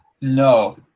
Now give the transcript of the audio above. No